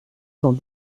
cent